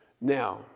Now